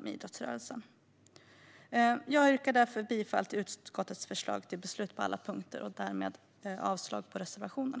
med idrottsrörelsen. Jag yrkar därför bifall till utskottets förslag till beslut på alla punkter och därmed avslag på reservationerna.